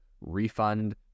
refund